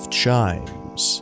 chimes